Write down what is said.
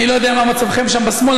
אני לא יודע מה מצבכם שם בשמאל,